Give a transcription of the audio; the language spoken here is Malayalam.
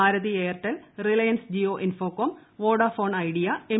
Bharati Airtel Reliance Jio Infocomm Vodafone Idea M